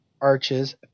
arches